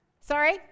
Sorry